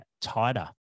tighter